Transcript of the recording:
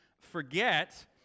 Forget